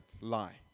lie